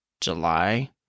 July